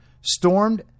stormed